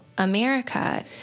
America